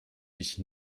dich